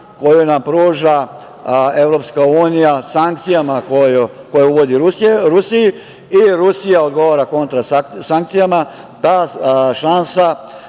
koju nam pruža EU sankcijama koje uvodi Rusiji i Rusija odgovara kontra sankcijama, ta šansa